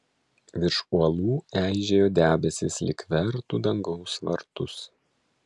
virš uolų eižėjo debesys lyg vertų dangaus vartus